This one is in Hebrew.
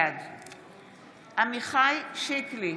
בעד עמיחי שיקלי,